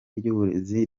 ry’uburezi